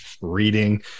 reading